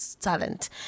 talent